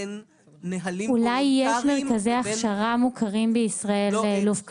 אולי יש מרכזי הכשרה מוכרים בישראל לאילוף כלבים.